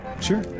Sure